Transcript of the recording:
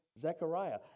Zechariah